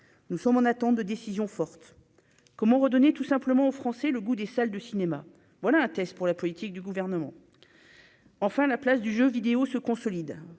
nous sommes en attente de décision forte comment redonner tout simplement aux Français le goût des salles de cinéma, voilà un test pour la politique du gouvernement, enfin la place du jeu vidéo se consolide